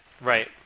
Right